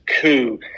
coup